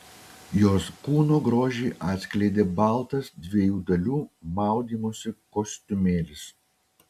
jos kūno grožį atskleidė baltas dviejų dalių maudymosi kostiumėlis